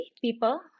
people